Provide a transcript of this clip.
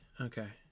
Okay